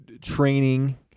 training